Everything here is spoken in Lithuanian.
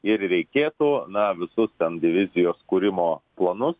ir reikėtų na visus ten divizijos kūrimo planus